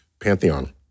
pantheon